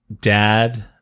dad